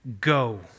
Go